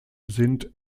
sind